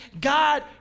God